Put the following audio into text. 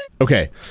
Okay